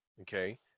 okay